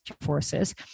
forces